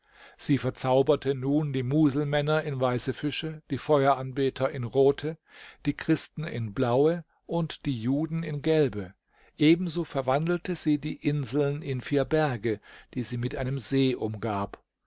sie verzauberte nun die muselmänner in weiße fische die feueranbeter in rote die christen in blaue und die juden in gelbe ebenso verwandelte sie die inseln in vier berge die sie mit einem see umgab